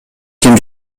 ким